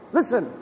Listen